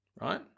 right